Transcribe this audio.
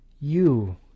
You